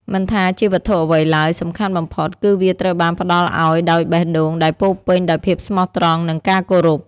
មិនថាជាវត្ថុអ្វីឡើយ សំខាន់បំផុតគឺវាត្រូវបានផ្ដល់ឱ្យដោយបេះដូងដែលពោរពេញដោយភាពស្មោះត្រង់ និងការគោរព។